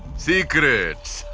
secrets!